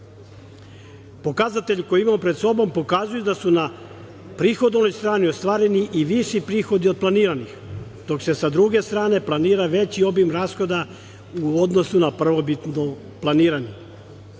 meseci. Pokazatelj koji imamo pred sobom pokazuje da su na prihodovnoj strani ostvareni i viši prihodi od planiranih, dok se sa druge strane planira veći obim rashoda u odnosu na prvobitno planirani.